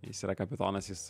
jis yra kapitonas jis